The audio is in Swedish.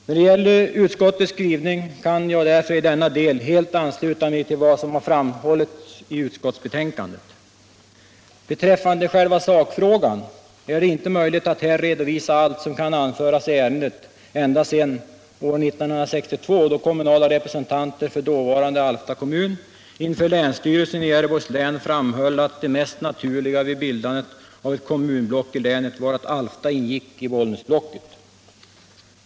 När det gäller utskottets skrivning kan jag därför i denna del ansluta mig till vad som framhållits i utskottsbetänkandet. Beträffande själva sakfrågan är det inte möjligt att här redovisa allt som kan anföras i ärendet ända sedan år 1962, då kommunala representanter för dåvarande Alfta kommun inför länsstyrelsen i Gävleborgs län framhöll, att det mest naturliga vid bildandet av kommunblock i länet var att Alfta ingick i Bollnäsblocket.